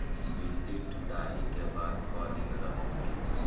भिन्डी तुड़ायी के बाद क दिन रही सकेला?